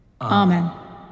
Amen